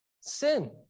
sin